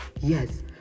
Yes